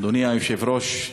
אדוני היושב-ראש,